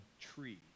tree